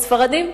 ספרדים.